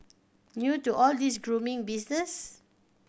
new to all this grooming business